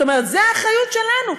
זאת אומרת, זו האחריות שלנו.